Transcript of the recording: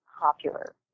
popular